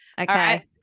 Okay